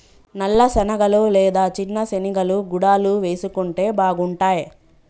నల్ల శనగలు లేదా చిన్న శెనిగలు గుడాలు వేసుకుంటే బాగుంటాయ్